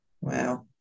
Wow